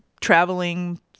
traveling